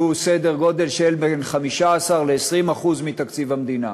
סדר גודל של בין 15% ל-20% מתקציב המדינה,